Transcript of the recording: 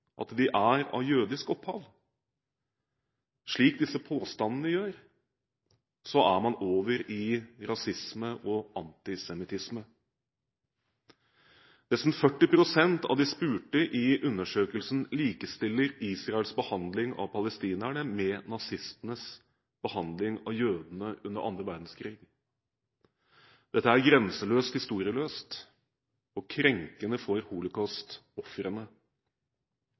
at de er av jødisk opphav, slik disse påstandene gjør, er man over i rasisme og antisemittisme. Nesten 40 pst. av de spurte i undersøkelsen likestiller Israels behandling av palestinerne med nazistenes behandling av jødene under andre verdenskrig. Dette er grenseløst historieløst og krenkende for